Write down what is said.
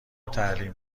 تعلیم